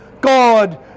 God